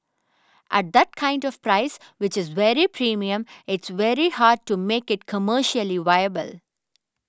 at that kind of price which is very premium it's very hard to make it commercially viable